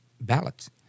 ballots